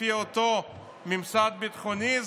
לפי אותו ממסד ביטחוני,